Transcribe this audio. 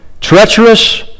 treacherous